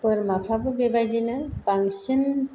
बोरमाफ्राबो बेबायदिनो बांसिन